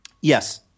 Yes